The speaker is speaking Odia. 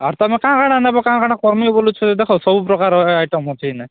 ଆର ତୁମେ କାଣ କାଣ ନେବ କାଣ କାଣ କର୍ମି ବୁଲୁଛୁ ଦେଖ ସବୁପ୍ରକାର ଆଇଟମ୍ ଅଛି ଏଇନା